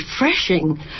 refreshing